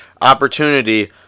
opportunity